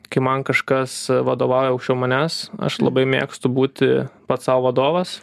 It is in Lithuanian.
kai man kažkas vadovauja aukščiau manęs aš labai mėgstu būti pats sau vadovas